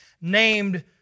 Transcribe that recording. named